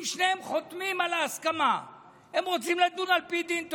אם שניהם חותמים על ההסכמה שהם רוצים לדון על פי דין תורה.